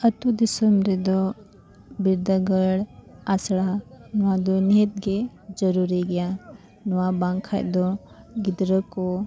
ᱟᱹᱛᱩ ᱫᱤᱥᱚᱢ ᱨᱮᱫᱚ ᱵᱤᱨᱫᱟᱹᱜᱟᱲ ᱟᱥᱲᱟ ᱱᱚᱣᱟ ᱫᱚ ᱱᱤᱦᱟᱹᱛᱜᱮ ᱡᱟᱹᱨᱩᱨᱤ ᱜᱮᱭᱟ ᱱᱚᱣᱟ ᱵᱟᱝᱠᱷᱟᱱ ᱫᱚ ᱜᱤᱫᱽᱨᱟᱹ ᱠᱚ